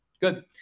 Good